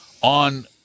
on